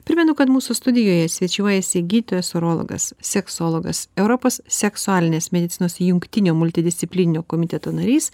primenu kad mūsų studijoje svečiuojasi gydtojas urologas seksologas europos seksualinės medicinos jungtinio multidisciplininio komiteto narys